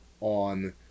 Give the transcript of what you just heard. on